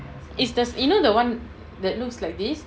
is the you know the one that looks like this